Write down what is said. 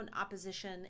opposition